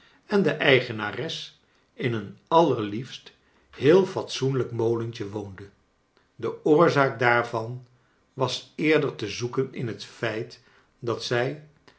en de eigenares in een allerliefst heel fatsoenlijk molentje woonde de oorzaak daarvan was eerder te zoeken in tiet feit dat zij